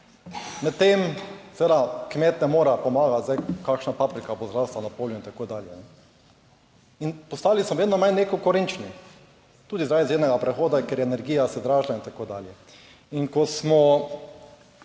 Med tem, seveda kmet ne more pomagati, zdaj, kakšna paprika bo zrasla na polju in tako dalje. In postali smo vedno manj nekonkurenčni, tudi zaradi zelenega prehoda, ker je energija se dražila in tako dalje. In ko smo,